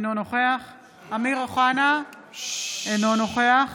אינו נוכח אמיר אוחנה, אינו נוכח